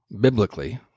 biblically